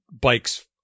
bikes